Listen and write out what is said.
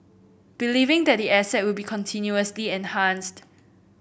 believing that the asset will be continuously enhanced